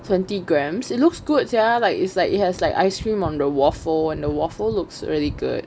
twenty grams it looks good sia like is that it has like ice cream on the waffle and the waffle looks really good